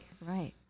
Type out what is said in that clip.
right